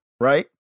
right